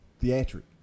theatric